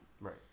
Right